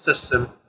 system